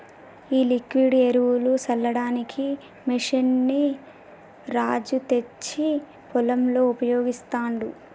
ఈ లిక్విడ్ ఎరువులు సల్లడానికి మెషిన్ ని రాజు తెచ్చి పొలంలో ఉపయోగిస్తాండు